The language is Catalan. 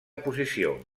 posició